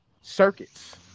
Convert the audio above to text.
circuits